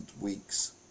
weeks